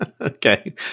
Okay